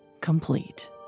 complete